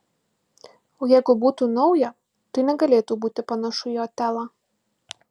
o jeigu būtų nauja tai negalėtų būti panašu į otelą